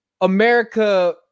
America